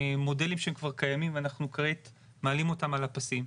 מודלים שהם כבר קיימים ואנחנו כעת מעלים אותם על הפסים,